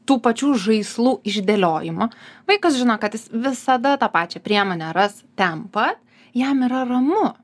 tų pačių žaislų išdėliojimo vaikas žino kad jis visada tą pačią priemonę ras ten pat jam yra ramu